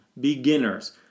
beginners